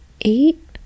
eight